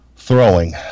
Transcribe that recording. throwing